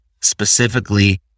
specifically